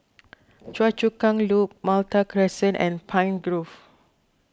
Choa Chu Kang Loop Malta Crescent and Pine Grove